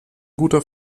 guter